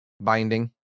binding